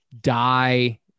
die